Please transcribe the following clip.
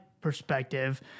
perspective